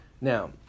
Now